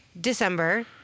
December